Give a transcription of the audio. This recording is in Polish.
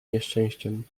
nieszczęściem